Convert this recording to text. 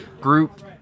group